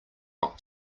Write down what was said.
not